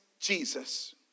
Jesus